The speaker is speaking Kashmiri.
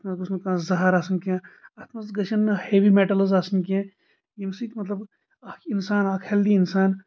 اتھ منٛز گوٚس نہٕ کانٛہہ زہر آسُن کینٛہہ اتھ منٛز گژھن نہٕ ہیٚوِی میٚٹلٕز آسٕنۍ کینٛہہ ییٚمہِ سۭتۍ مطلب اکھ انسان اکھ ہیٚلدی انسان